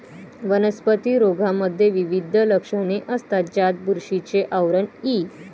वनस्पती रोगांमध्ये विविध लक्षणे असतात, ज्यात बुरशीचे आवरण इ